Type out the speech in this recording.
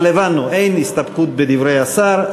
אבל הבנו, אין הסתפקות בדברי השר.